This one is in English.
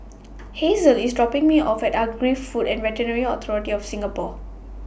Hazle IS dropping Me off At Agri Food and Veterinary Authority of Singapore